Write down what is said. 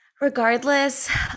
regardless